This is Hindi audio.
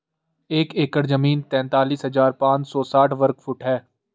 एक एकड़ जमीन तैंतालीस हजार पांच सौ साठ वर्ग फुट है